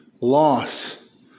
loss